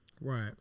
Right